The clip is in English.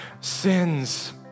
sins